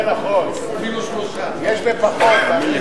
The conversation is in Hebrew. אפילו שלושה.